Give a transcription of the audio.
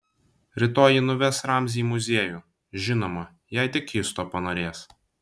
rytoj ji nuves ramzį į muziejų žinoma jei tik jis to panorės